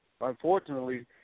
unfortunately